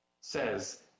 says